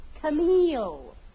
Camille